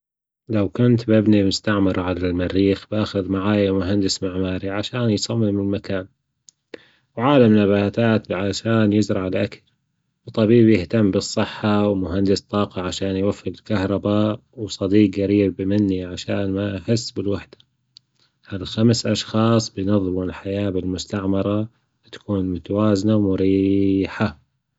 لو كنت بأبني مستعمرة عبر المريخ بأخد معي مهندس معماري عشان يصمم المكان، وعالم نباتات عشان يزرع الأكل، وطبيب يهتم بالصحة، ومهندس طاقة عشان يوفر الكهرباء، وصديق جريب مني عشان ما أحس بالوحدة، هذا خمس أشخاص بينظموا الحياة بالمستعمرة تكون متوازنة ومريحة.